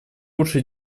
лучше